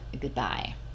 Goodbye